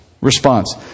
response